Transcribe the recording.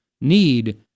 need